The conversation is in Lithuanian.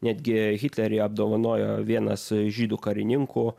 netgi hitlerį apdovanojo vienas žydų karininkų